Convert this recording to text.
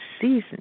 season